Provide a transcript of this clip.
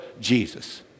Jesus